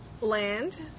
land